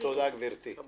תודה, גברתי.